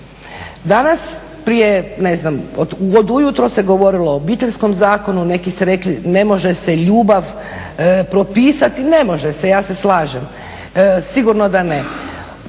Danas prije ne znam od ujutro se govorilo o Obiteljskom zakonu, neki su rekli ne može se ljubav propisati, ne može se ja se slažem, sigurno da ne.